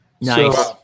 Nice